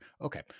Okay